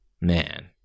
Man